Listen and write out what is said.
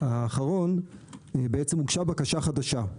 האחרון הוגשה בקשה חדשה.